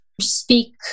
speak